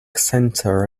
centre